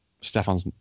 Stefan's